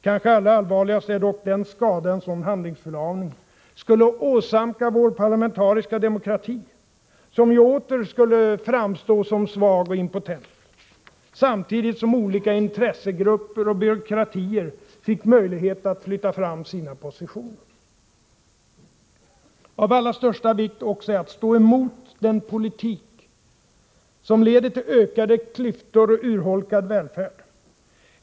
Kanske allra allvarligast är dock den skada en sådan handlingsförlamning skulle åsamka vår parlamentariska demokrati, som ju åter skulle framstå som svag och impotent, samtidigt som olika intressegrupper och byråkratier fick möjlighet att flytta fram sina positioner. Av allra största vikt är också att stå emot den politik som leder till ökade klyftor och urholkad välfärd.